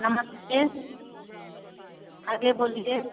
नमस्ते आगे बोलिए